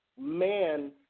man